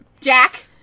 Jack